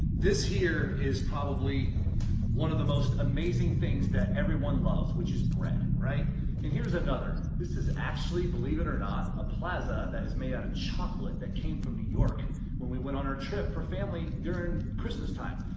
this here is probably one of the most amazing things that everyone loves, which is bread. and here's another. this is actually, believe it or not, a plaza that is made out of chocolate that came from new york when we went on our trip for family during christmas time.